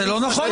אבל זה לא נכון.